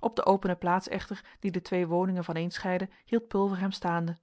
op de opene plaats echter die de twee woningen vaneenscheidde hield pulver hem staande